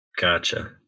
Gotcha